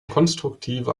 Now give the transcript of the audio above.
konstruktive